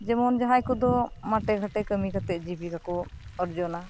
ᱡᱮᱢᱚᱱ ᱡᱟᱦᱟᱸᱭ ᱠᱚᱫᱚ ᱢᱟᱴᱮ ᱜᱷᱟᱴᱮ ᱠᱟᱹᱢᱤ ᱠᱟᱛᱮ ᱡᱤᱵᱤᱠᱟ ᱠᱚ ᱚᱨᱡᱚᱱᱟ